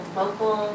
local